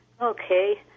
Okay